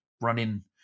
running